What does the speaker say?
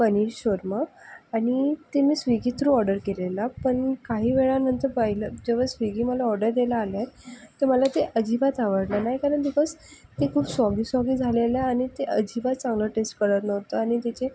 पनीर शोरमा आणि ते मी स्वीगी थ्रू ऑर्डर केलेलं पण काही वेळानंतर पाहिलं ज्यावेळेस स्वीगी मला ऑर्डर द्यायला आलं तर मला ते अजिबात आवडलं नाही कारण बिकॉज ते खूप सौबीसौबी झालेलं आणि ते अजिबात चांगलं टेस्ट करत नव्हतं आणि त्याचे